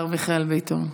מיכאל ביטון.